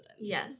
yes